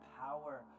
power